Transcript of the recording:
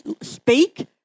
speak